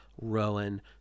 Rowan